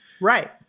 right